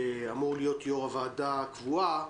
שאמור להיות יושב-ראש הוועדה הקבועה.